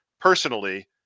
personally